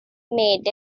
made